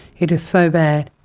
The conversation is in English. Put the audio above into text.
it is so bad.